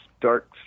dark